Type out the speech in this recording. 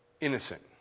innocent